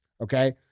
okay